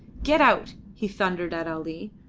get out! he thundered at ali,